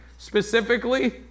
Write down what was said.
specifically